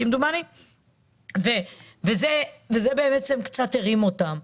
וזה קצת הרים אותם.